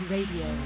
Radio